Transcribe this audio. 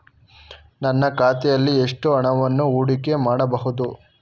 ನನ್ನ ಖಾತೆಯಲ್ಲಿ ಎಷ್ಟು ಹಣವನ್ನು ಹೂಡಿಕೆ ಮಾಡಬಹುದು?